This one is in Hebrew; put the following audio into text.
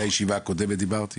גם בישיבה הקודמת אמרתי